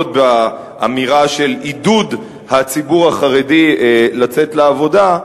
באמירה של עידוד הציבור החרדי לצאת לעבודה,